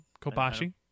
Kobashi